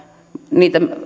niitä